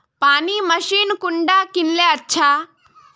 पानी मशीन कुंडा किनले अच्छा?